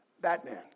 Batman